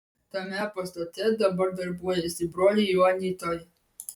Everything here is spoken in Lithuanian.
tame pastate dabar darbuojasi broliai joanitai